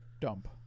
dump